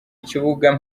ikibuga